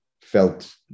felt